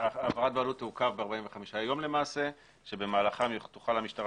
העברת הבעלות למעשה תעוכב ב-45 ימים במהלכם תוכל המשטרה